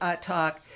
talk